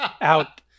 out